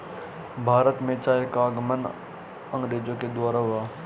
भारत में चाय का आगमन अंग्रेजो के द्वारा हुआ